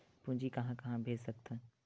पूंजी कहां कहा भेज सकथन?